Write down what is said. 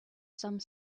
some